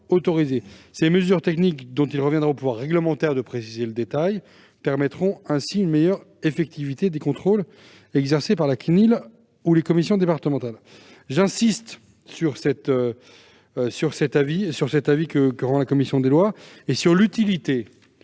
autorisés. Ces mesures techniques, dont il reviendra au pouvoir réglementaire de préciser le détail, permettront une meilleure effectivité des contrôles exercés par la CNIL ou par les commissions départementales. Je veux insister sur l'utilité